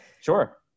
Sure